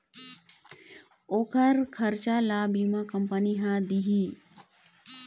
ओखर खरचा ल बीमा कंपनी ह दिही